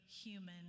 human